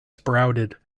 sprouted